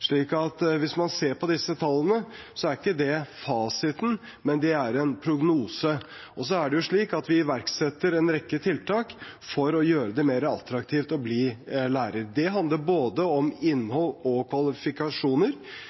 slik at hvis man ser på disse tallene, er ikke det fasiten, men det er en prognose. Vi iverksetter en rekke tiltak for å gjøre det mer attraktivt å bli lærer. Det handler om innhold og kvalifikasjoner,